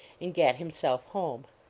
and gat him self home.